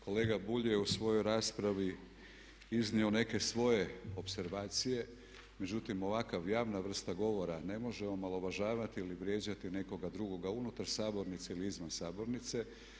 Kolega Bulj je u svojoj raspravi iznio neke svoje opservacije, međutim ovakva javna vrsta govora ne može omalovažavati ili vrijeđati nekoga drugoga unutar sabornice ili izvan sabornice.